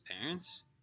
parents